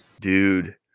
Dude